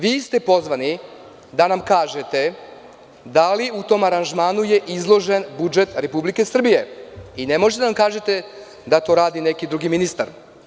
Vi ste pozvani da nam kažete da li u tom aranžmanu je izložen budžet Republike Srbije i ne možete da nam kažete da to radi neki drugi ministar.